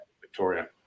Victoria